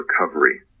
recovery